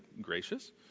gracious